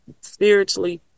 spiritually